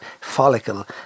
follicle